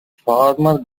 former